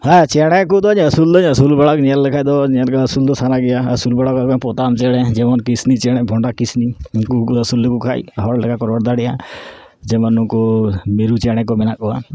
ᱦᱮᱸ ᱪᱮᱬᱮ ᱠᱚᱫᱚ ᱟᱹᱥᱩᱞ ᱫᱚᱧ ᱟᱹᱥᱩᱞ ᱵᱟᱲᱟ ᱧᱮᱞ ᱞᱮᱠᱷᱟᱡ ᱫᱚ ᱧᱮᱞ ᱠᱟᱛᱮᱫ ᱟᱹᱥᱩᱞ ᱫᱚ ᱥᱟᱱᱟ ᱜᱮᱭᱟ ᱟᱹᱥᱩᱞ ᱵᱟᱲᱟ ᱫᱚ ᱚᱱᱮ ᱯᱚᱛᱟᱢ ᱪᱮᱬᱮ ᱡᱮᱢᱚᱱ ᱠᱤᱥᱱᱤ ᱪᱮᱬᱮ ᱵᱷᱚᱸᱰᱟ ᱠᱤᱥᱱᱤ ᱩᱱᱠᱩ ᱠᱚᱫᱚ ᱟᱹᱥᱩᱞ ᱞᱮᱠᱚ ᱠᱷᱟᱡ ᱦᱚᱲ ᱞᱮᱠᱟ ᱠᱚ ᱨᱚᱲ ᱫᱟᱲᱮᱭᱟᱜᱼᱟ ᱡᱮᱢᱚᱱ ᱱᱩᱠᱩ ᱢᱤᱨᱩ ᱪᱮᱬᱮ ᱠᱚ ᱢᱮᱱᱟᱜ ᱠᱚᱣᱟ